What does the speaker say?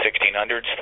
1600s